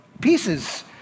pieces